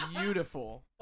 beautiful